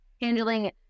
handling